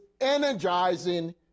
energizing